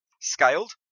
scaled